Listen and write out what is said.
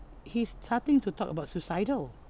he's starting to talk about suicidal